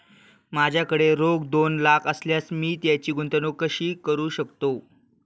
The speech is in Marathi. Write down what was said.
माझ्याकडे रोख दोन लाख असल्यास मी त्याची गुंतवणूक कशी करू शकतो?